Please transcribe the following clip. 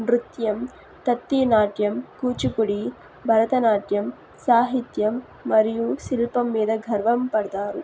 నృత్యం తత్తీనాట్యం కూచిపుడి భరతనాట్యం సాహిత్యం మరియు శిల్పం మీద గర్వ పడతారు